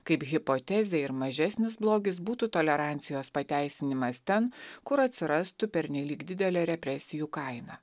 kaip hipotezė ir mažesnis blogis būtų tolerancijos pateisinimas ten kur atsirastų pernelyg didelė represijų kaina